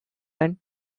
and